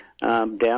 Down